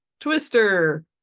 Twister